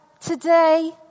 today